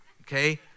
okay